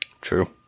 True